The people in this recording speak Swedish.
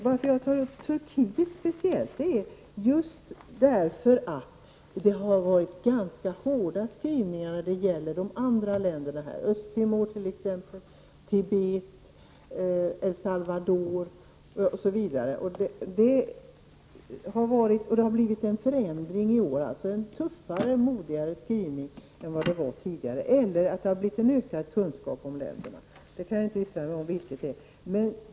Jag har tagit upp Turkiet speciellt för att skrivningarna när det gäller övriga länder — Östtimor, Tibet, El Salvador osv. — har varit ganska hårda. Det har blivit en förändring i år. Nu är skrivningen tuffare och modigare än vad den tidigare har varit. Det kanske beror på att kunskapen om länderna har ökat.